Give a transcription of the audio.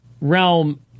realm